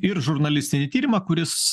ir žurnalistinį tyrimą kuris